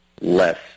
less